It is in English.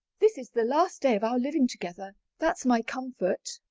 this is the last day of our living together that's my comfort.